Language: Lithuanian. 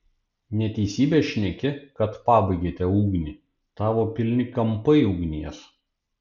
neteisybę šneki kad pabaigėte ugnį tavo pilni kampai ugnies